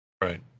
Right